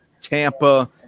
Tampa